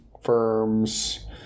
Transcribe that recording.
firms